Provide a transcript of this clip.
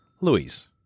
Louise